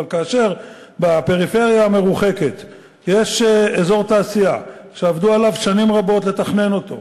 אבל כאשר בפריפריה המרוחקת יש אזור תעשייה שעבדו שנים רבות לתכנן אותו,